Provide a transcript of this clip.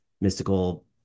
mystical